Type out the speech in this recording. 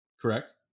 correct